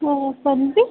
ओ Pallavi